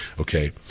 Okay